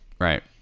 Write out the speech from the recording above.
Right